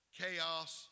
chaos